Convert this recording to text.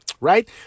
right